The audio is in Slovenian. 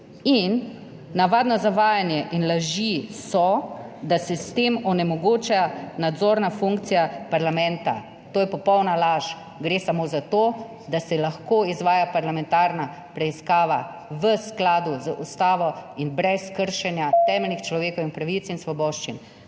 Navadno zavajanje in laži so, da se s tem onemogoča nadzorna funkcija parlamenta. To je popolna laž. Gre samo za to, da se lahko izvaja parlamentarna preiskava v skladu z ustavo in brez kršenja temeljnih človekovih pravic in svoboščin.